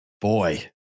boy